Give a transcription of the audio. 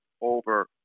over